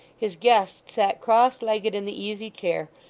his guest sat cross-legged in the easy-chair,